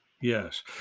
Yes